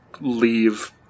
leave